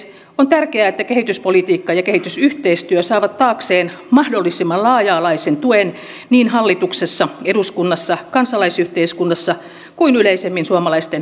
on tärkeää että kehityspolitiikka ja yhteistyö saavat taakseen mahdollisimman laaja alaisen tuen niin hallituksessa eduskunnassa kansalaisyhteiskunnassa kuin yleisemmin suomalaisten keskuudessa